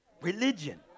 religion